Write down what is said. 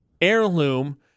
heirloom